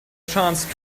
chance